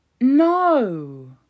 No